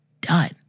done